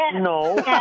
No